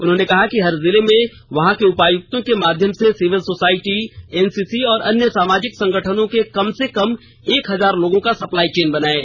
उन्होंने कहा कि हर जिले में वहां के उपायुक्तों के माध्यम से सिविल सोसायटी एनसीसी और अन्य सामाजिक संगठनों के कम से कम एक हजार लोगों का सप्लाई चेन बनाएं